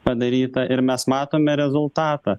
padaryta ir mes matome rezultatą